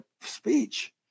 speech